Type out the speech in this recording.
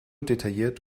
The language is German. detailliert